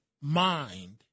mind